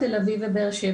תל אביב ובאר שבע.